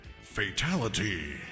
Fatality